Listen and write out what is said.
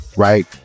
right